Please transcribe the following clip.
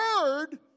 heard